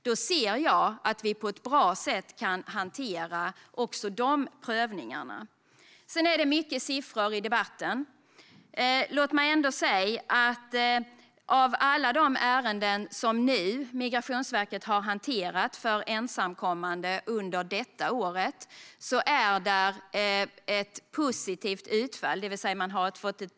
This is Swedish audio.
Jag ser då att man på ett bra sätt kan hantera också dessa prövningar. Det förekommer många siffror i debatten. Låt mig ändå säga att i alla de ärenden som Migrationsverket under detta år har hanterat och som gäller ensamkommande barn är utfallet positivt.